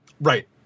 Right